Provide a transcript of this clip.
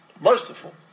Merciful